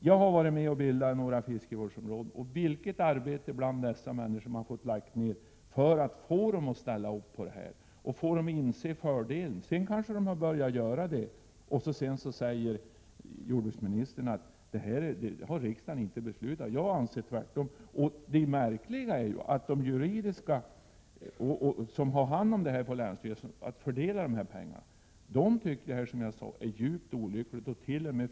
Jag har varit med och bildat några fiskevårdsområden. Det är ett stort arbete som har lagts ned på att få människor att ställa upp på den här verksamheten och inse fördelarna. När de börjat göra det, då säger jordbruksministern att riksdagen inte har beslutat om någon ersättning! Det märkliga är att de jurister på länsstyrelsen som skall fördela de här pengarna tycker att förhållandet är djupt olyckligt, och de hart.o.m.